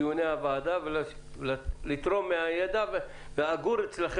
אתם תמיד מוזמנים להשתתף בדיוני הוועדה ולתרום מהידע הרב שנצבר אצלכם.